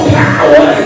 power